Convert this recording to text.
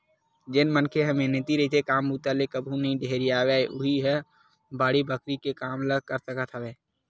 जेन मनखे ह मेहनती रहिथे, काम बूता ले कभू नइ ढेरियावय उहींच ह बाड़ी बखरी के काम ल कर सकत हवय